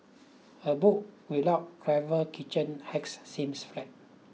a book without clever kitchen hacks seems flat